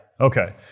Okay